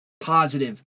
positive